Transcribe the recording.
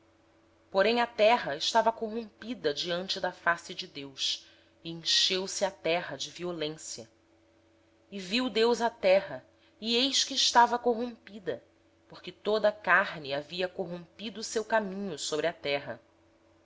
jafé a terra porém estava corrompida diante de deus e cheia de violência viu deus a terra e eis que estava corrompida porque toda a carne havia corrompido o seu caminho sobre a terra